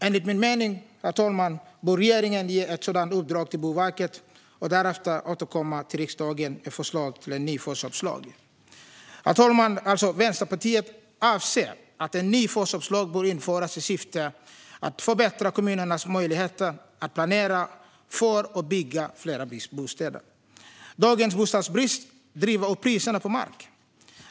Enligt min mening bör regeringen ge ett sådant uppdrag till Boverket och därefter återkomma till riksdagen med förslag till en ny förköpslag. Herr talman! Vänsterpartiet anser alltså att en ny förköpslag bör införas i syfte att förbättra kommunernas möjligheter att planera för och bygga fler bostäder. Dagens bostadsbrist driver upp priserna på mark.